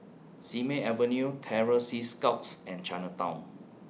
Simei Avenue Terror Sea Scouts and Chinatown